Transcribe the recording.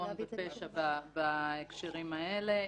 עוון ופשע בהקשרים האלה,